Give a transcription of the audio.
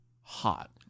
hot